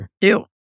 Ew